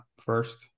first